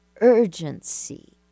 urgency